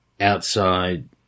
outside